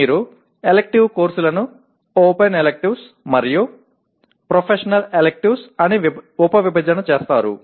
మీరు ఎలెక్టివ్స్ కోర్సులను open electives మరియు ప్రొఫెషనల్ ఎలెక్టివ్స్ అని ఉపవిభజన చేస్తారు